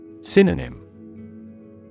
Synonym